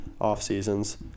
off-seasons